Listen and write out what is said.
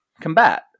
combat